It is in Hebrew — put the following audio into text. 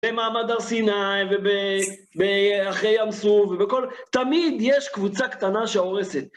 במעמד הר סיני, ואחרי ים סוף, ובכל.. תמיד יש קבוצה קטנה שהורסת.